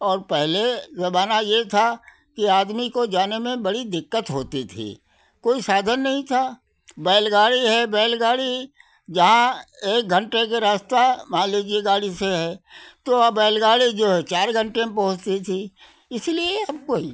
और पहले जमाना ये था कि आदमी को जाने में बड़ी दिक्कत होती थी कोई साधन नहीं था बैलगाड़ी है बैलगाड़ी जहाँ एक घंटे की रास्ता मान लीजिए गाड़ी से है तो अब बैलगाड़ी जो है चार घंटे में पहुँचती थी इसीलिए अब कोई